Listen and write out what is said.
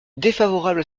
défavorable